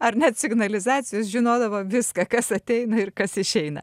ar net signalizacijos žinodavo viską kas ateina ir kas išeina